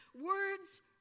Words